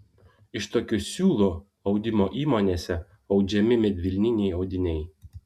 iš tokių siūlų audimo įmonėse audžiami medvilniniai audiniai